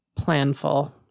planful